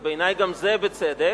ובעיני גם זה בצדק,